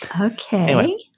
Okay